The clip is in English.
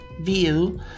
view